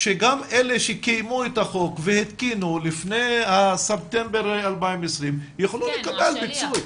שגם אלה שקיימו את החוק והתקינו לפני ספטמבר 2020 יוכלו לקבל פיצוי?